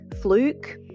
fluke